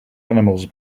animals